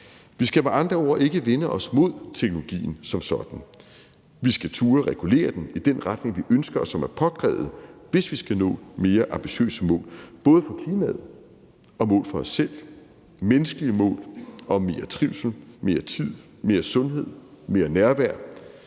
Vi skal med andre ord ikke vende os mod teknologien som sådan. Vi skal turde regulere den i den retning, vi ønsker, og som er påkrævet, hvis vi skal nå mere ambitiøse mål, både mål for klimaet og mål for os selv – menneskelige mål om mere trivsel, mere tid, mere sundhed, mere nærvær.